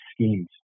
schemes